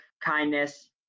kindness